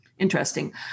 interesting